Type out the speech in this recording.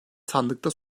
sandıkta